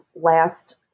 last